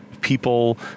people